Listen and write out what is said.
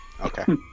Okay